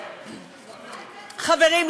חברים,